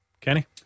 Kenny